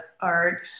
art